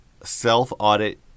self-audit